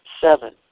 Seven